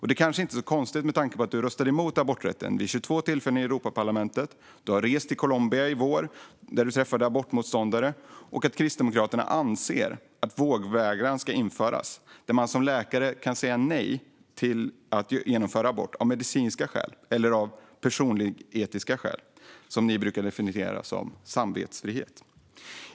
Det kanske inte är så konstigt med tanke på att du röstade mot aborträtten vid 22 tillfällen i Europaparlamentet, att du har rest i Colombia i våras och träffat abortmotståndare och att Kristdemokraterna anser att vårdvägran ska införas. Då ska man som läkare kunna säga nej till att genomföra abort av medicinska skäl eller av personliga etiska skäl, vilket ni brukar kalla för samvetsfrihet.